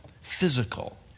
physical